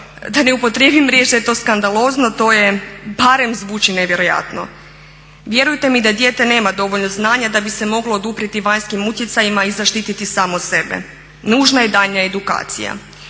Da ne upotrijebim riječ da je to skandalozno, to je, barem zvuči nevjerojatno. Vjerujte mi da dijete nema dovoljno znanja da bi se moglo oduprijeti vanjskim utjecajima i zaštiti samo sebe. Nužna je daljnja edukacija.